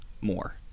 more